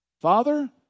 Father